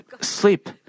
sleep